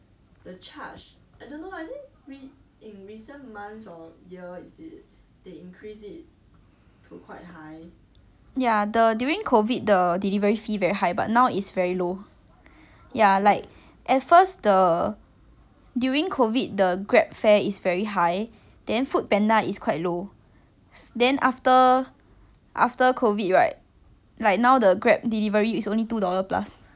ya the during COVID the delivery fee very high but now it's very low ya like at first the during COVID the grab fare is very high then foodpanda is quite low then after after COVID right like now the grab delivery is only two dollar plus like cheaper than foodpanda I think cause like 他发现他的生意被抢走了 so 他 just lower 他的 price lor